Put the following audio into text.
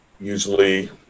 Usually